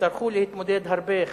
תצטרכו להתמודד הרבה,